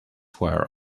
wire